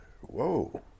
Whoa